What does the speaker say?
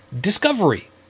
Discovery